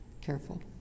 careful